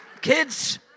Kids